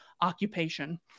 occupation